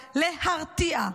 להרתיע.